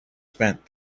spent